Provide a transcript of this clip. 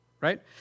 right